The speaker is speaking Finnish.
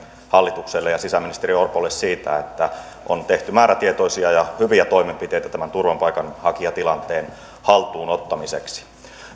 hallitukselle ja sisäministeri orpolle siitä että on tehty määrätietoisia ja hyviä toimenpiteitä tämän turvapaikanhakijatilanteen haltuun ottamiseksi